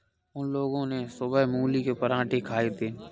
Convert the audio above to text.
उन लोगो ने सुबह मूली के पराठे खाए थे